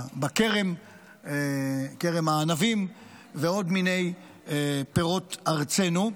בכרם הענבים ועוד מיני פירות ארצנו.